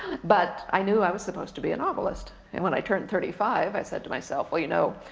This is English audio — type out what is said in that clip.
but i knew i was supposed to be a novelist. and when i turned thirty five i said to myself, well, you know,